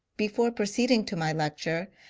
before proceed ing to my lecture,